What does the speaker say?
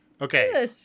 Okay